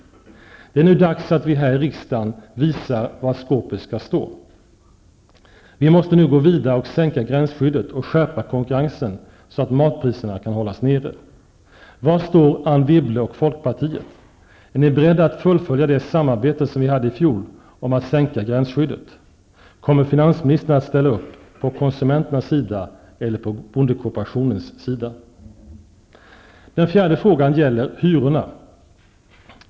Det är nu dags att vi här i riksdagen visar var skåpet skall stå. Vi måste nu gå vidare och sänka gränsskyddet och skärpa konkurrensen, så att matpriserna kan hållas nere. Var står Anne Wibble och Folkpartiet? Är ni beredda att fullfölja det samarbete som vi hade i fjol om att sänka gränsskyddet? Kommer finansministern att ställa upp på konsumenternas sida eller på bondekooperationens? Den fjärde frågan gäller hyrorna.